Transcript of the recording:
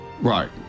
Right